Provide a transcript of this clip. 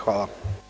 Hvala.